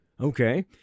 Okay